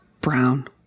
Brown